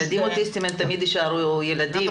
הילדים האוטיסטים תמיד יישארו ילדים,